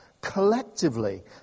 collectively